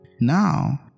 now